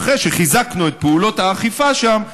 אחרי שחיזקנו את פעולות האכיפה שם,